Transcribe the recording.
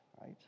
right